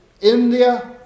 India